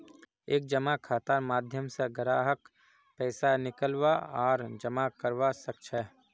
एक जमा खातार माध्यम स ग्राहक पैसा निकलवा आर जमा करवा सख छ